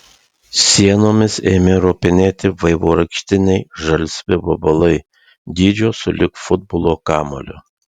sienomis ėmė ropinėti vaivorykštiniai žalsvi vabalai dydžio sulig futbolo kamuoliu